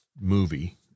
movie